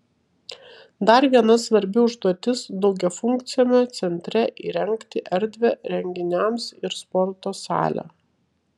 dar viena svarbi užduotis daugiafunkciame centre įrengti erdvę renginiams ir sporto salę